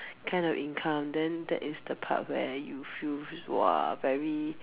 kind of income then that is the part where you feel !wah! very